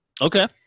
Okay